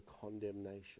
condemnation